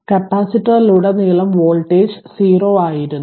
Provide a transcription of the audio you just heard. കപ്പാസിറ്ററിലുടനീളം വോൾട്ടേജ് 0 ആയിരുന്നു